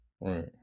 right